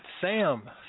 Sam